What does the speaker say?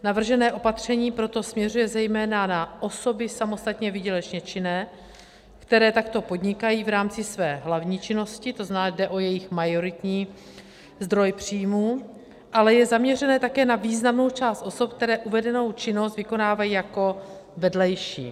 Navržené opatření proto směřuje zejména na osoby samostatně výdělečně činné, které takto podnikají v rámci své hlavní činnosti, to znamená, jde o jejich majoritní zdroj příjmů, ale je zaměřené také na významnou část osob, které uvedenou činnost vykonávají jako vedlejší.